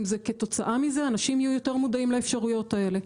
אם כתוצאה מזה אנשים יהיו יותר מודעים לאפשרויות האלה.